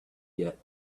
get